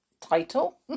title